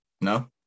No